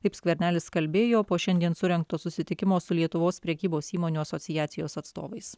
taip skvernelis kalbėjo po šiandien surengto susitikimo su lietuvos prekybos įmonių asociacijos atstovais